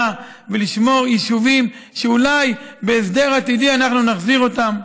ולשמור יישובים שאולי בהסדר עתידי אנחנו נחזיר אותם,